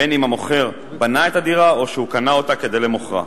בין אם המוכר בנה את הדירה או שהוא קנה אותה כדי למוכרה,